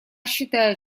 считает